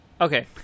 Okay